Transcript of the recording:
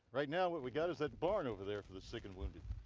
right now what we got is that barn over there for the sick and wounded.